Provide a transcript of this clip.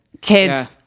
kids